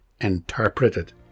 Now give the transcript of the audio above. interpreted